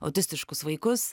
autistiškus vaikus